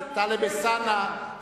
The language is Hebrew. מה שהם רוצים הם עושים.